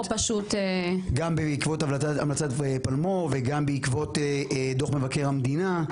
גם בעקבות המלצת פלמור וגם בעקבות דוח מבקר המדינה,